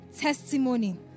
testimony